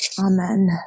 amen